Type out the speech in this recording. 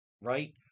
Right